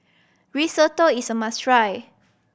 risotto is a must try